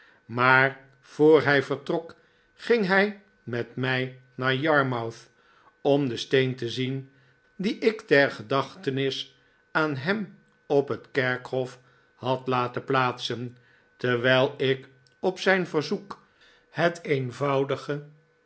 maar voor hij vertrok ging hij met mij naar yarrnouth om den steen te zien dien ik ter gedachtenis aan ham op het kerkhof had laten plaatsen terwijl ik op zijn verzoek het eenvoudige